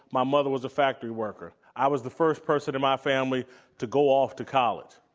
my mother was a factory worker. i was the first person in my family to go off to college.